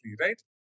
right